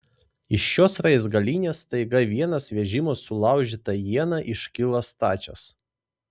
iš šios raizgalynės staiga vienas vežimas sulaužyta iena iškyla stačias